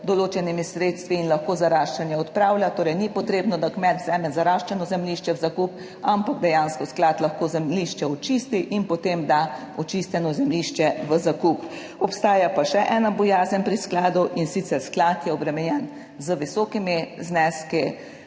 določenimi sredstvi in lahko zaraščanje odpravlja, torej ni potrebno, da kmet vzame zaraščeno zemljišče v zakup, ampak dejansko sklad lahko zemljišče očisti in potem da očiščeno zemljišče v zakup. Obstaja pa še ena bojazen pri skladu, in sicer sklad je obremenjen z visokimi zneski